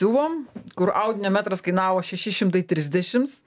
siuvom kur audinio metras kainavo šeši šimtai trisdešimts